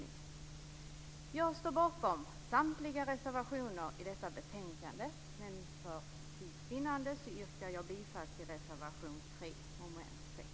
Jag står bakom samtliga reservationer i detta betänkande, men för tids vinnande yrkar jag bara bifall till reservation 3 under mom. 6.